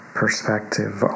perspective